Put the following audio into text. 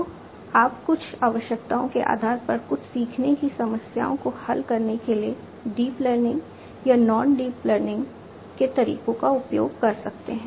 तो आप कुछ आवश्यकताओं के आधार पर कुछ सीखने की समस्याओं को हल करने के लिए डीप लर्निंग या नॉन डीप लर्निंग के तरीकों का उपयोग कर सकते हैं